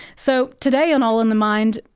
so, today on all in the mind,